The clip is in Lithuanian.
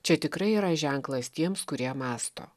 čia tikrai yra ženklas tiems kurie mąsto